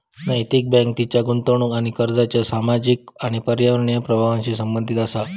नैतिक बँक तिच्या गुंतवणूक आणि कर्जाच्या सामाजिक आणि पर्यावरणीय प्रभावांशी संबंधित असा